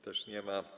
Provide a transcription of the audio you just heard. Też nie ma.